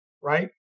right